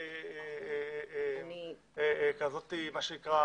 מה שנקרא